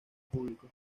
público